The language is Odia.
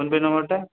ଫୋନ ପେ ନମ୍ବରଟା